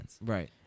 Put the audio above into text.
Right